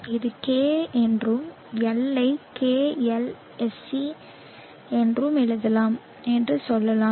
இது K என்றும் L ஐ K LSC என்றும் எழுதலாம் என்று சொல்லலாம்